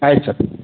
ಆಯ್ತು ಸರ್